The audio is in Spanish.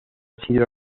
sido